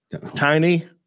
tiny